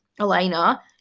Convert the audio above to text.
elena